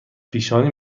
پیشانی